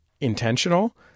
intentional